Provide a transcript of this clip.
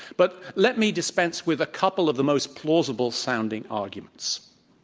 but let me dispense with a couple of the most plausible sounding arguments.